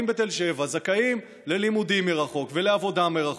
בתל שבע זכאים ללימודים מרחוק ולעבודה מרחוק,